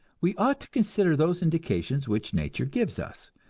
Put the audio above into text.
we ought to consider those indications which nature gives us,